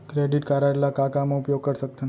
Credit card ला का का मा उपयोग कर सकथन?